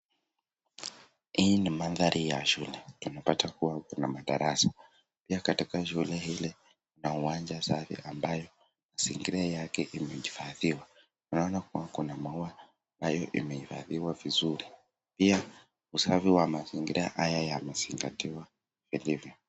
Hii ni mandhari ya shule. Ninapata kuwa kuna madarasa. Pia katika shule ile kuna uwanja safi ambao mazingira yake imejiwafadhiliwa. Unaona kuwa kuna maua ambayo imehifadhiwa vizuri. Pia usafi wa mazingira haya yamesingatiwa kivivyoo.